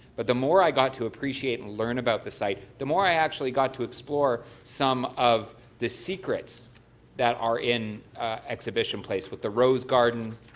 but the more i got to appreciate and learn about the site the more i got to explore some of the secrets that are in exhibition place with the rose garden,